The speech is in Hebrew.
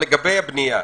לגבי הבנייה,